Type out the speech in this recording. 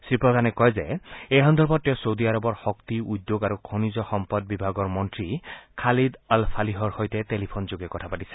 শ্ৰীপ্ৰধানে কয় যে এই সন্দৰ্ভত তেওঁ ছৌদি আৰবৰ শক্তি উদ্যোগ আৰু খনিজ সম্পদ বিভাগৰ মন্ত্ৰী খালীদ অলফালিহৰ সৈতে টেলিফোনযোগে কথা পাতিছে